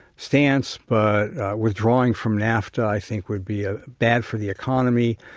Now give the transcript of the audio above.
stance, but withdrawing from nafta i think would be ah bad for the economy,